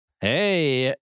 Hey